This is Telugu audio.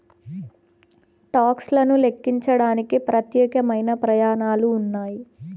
టాక్స్ లను లెక్కించడానికి ప్రత్యేకమైన ప్రమాణాలు ఉన్నాయి